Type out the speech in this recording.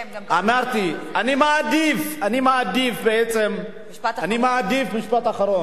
אמרתי, אני מעדיף, אני מעדיף בעצם, משפט אחרון.